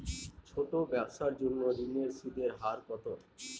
ছোট ব্যবসার জন্য ঋণের সুদের হার কত?